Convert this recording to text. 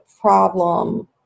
problem